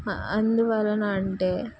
అందువలన అంటే